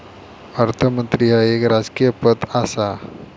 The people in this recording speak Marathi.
अर्थमंत्री ह्या एक राजकीय पद आसा